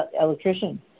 electrician